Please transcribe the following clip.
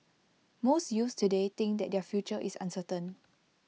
most youths today think that their future is uncertain